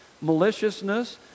maliciousness